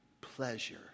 pleasure